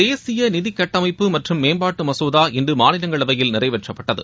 தேசிய நிதிக்கட்டமைப்பு மற்றும் மேம்பாட்டு மசோதா இன்று மாநிலங்களவையில் நிறைவேற்றப்பட்டது